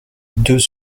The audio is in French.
deux